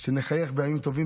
שנחייך בימים טובים,